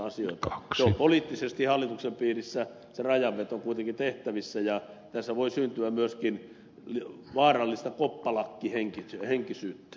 se rajanveto on poliittisesti hallituksen piirissä kuitenkin tehtävissä ja tässä voi syntyä myöskin vaarallista koppalakkihenkisyyttä